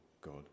God